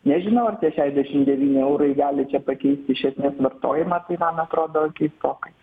nežinau ar tie šešiasdešimt devyni eurai gali čia pakeisti iš esmės vartojimą tai man atrodo keistokai